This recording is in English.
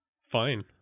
fine